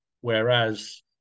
Whereas